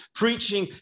preaching